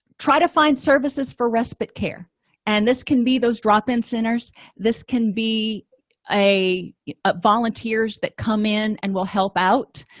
try to find services for respite care and this can be those drop-in centers this can be a ah volunteers that come in and will help out